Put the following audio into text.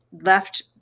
left